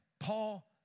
Paul